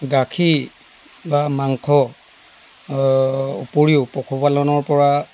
গাখীৰ বা মাংস উপৰিও পশুপালনৰ পৰা